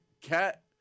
cat